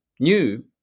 New